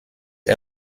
est